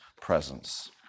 presence